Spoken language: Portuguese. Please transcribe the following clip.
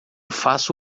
faço